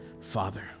father